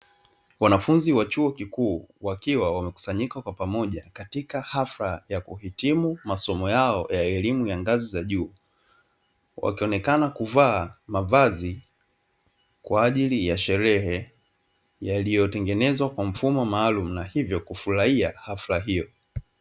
Wanafunzi wa chuo kikuu wakiwa wamekusanyika kwa pamoja katika hafla ya kuitimu masomo yao ya elimu ya ngazi za juu, wakionekana kuvaa mavazi kwa ajili ya sherehe; yaliyotengenezwa kwa mfumo maalumu na hivyo kufurahia hafla hiyo.